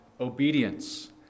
obedience